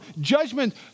judgment